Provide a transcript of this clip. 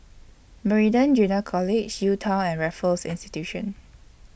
Meridian Junior College UTown and Raffles Institution